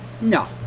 No